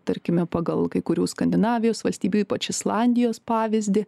tarkime pagal kai kurių skandinavijos valstybių ypač islandijos pavyzdį